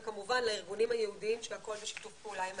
וכמובן לארגונים היהודיים שהכול בשיתוף פעולה עימם.